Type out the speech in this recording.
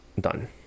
done